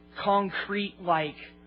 concrete-like